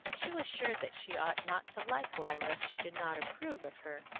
she was sure that she ought not to like lyra if she did not approve of her,